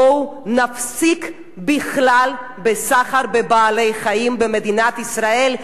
בואו נפסיק בכלל את הסחר בבעלי-חיים במדינת ישראל.